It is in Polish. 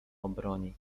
obroni